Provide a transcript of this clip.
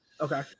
Okay